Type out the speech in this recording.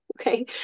Okay